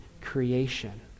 creation